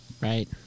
Right